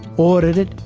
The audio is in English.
audit it,